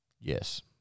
Yes